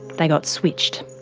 they got switched.